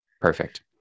Perfect